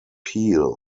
peel